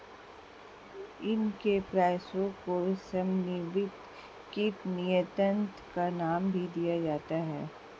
इनके प्रयासों को समन्वित कीट नियंत्रण का नाम भी दिया जाता है